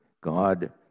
God